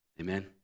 Amen